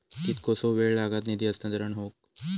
कितकोसो वेळ लागत निधी हस्तांतरण हौक?